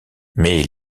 mais